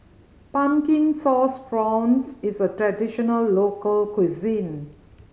Pumpkin Sauce Prawns is a traditional local cuisine